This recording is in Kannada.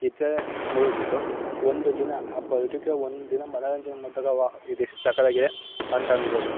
ಇದರಲ್ಲೆ ಮುಳುಗ್ಬಿಟ್ಟು ಒಂದು ದಿನ ಆ ಪರ್ಟಿಕೆ ಒಂದಿನ ಮನೋರಂಜನೆ ಮಾಡಿದಾಗ ವಾಹ್ ಇದೆಷ್ಟು ಸಖತ್ತಾಗಿದೆ ಅಂತ ಅನ್ಬೋದು